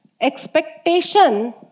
Expectation